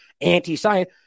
anti-science